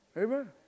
Amen